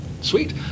sweet